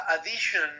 addition